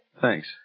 Thanks